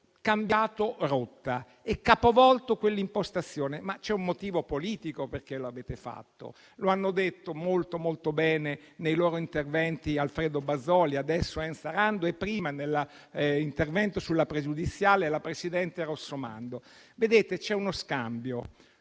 cambiato rotta e capovolto quell'impostazione, ma c'è un motivo politico per il quale lo avete fatto. Lo hanno detto molto bene, nei loro interventi, Alfredo Bazoli, Enza Rando e prima, nell'intervento sulla questione pregiudiziale, la presidente Rossomando. Vedete, c'è uno scambio